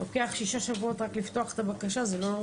אם לוקח שישה שבועות רק לפתוח את הבקשה זה לא נורמלי.